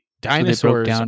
dinosaurs